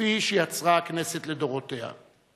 - כפי שיצרה הכנסת לדורותיה.